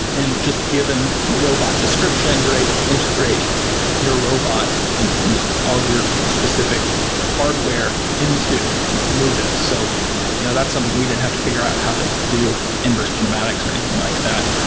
and just given the robot description, you're able to integrate your robot in in all of your specific hardware into move it. so you know that's something we didn't have to figure out how to do inverse kinematics or anything like that.